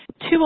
two